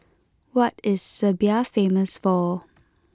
what is Serbia famous for